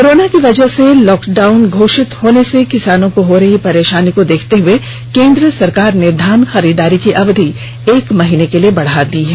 corona की वजह से लॉकडाउन घोषित होने से किसानों को हो रही परेशानी को देखते हुए केन्द्र सरकार ने धान खरीददारी की अवधि एक माह के लिए बढ़ा दी है